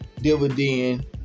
dividend